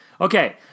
Okay